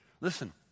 Listen